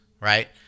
right